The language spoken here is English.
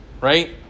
right